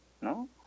no